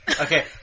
Okay